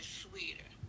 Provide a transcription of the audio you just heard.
sweeter